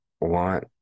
want